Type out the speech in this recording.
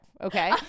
okay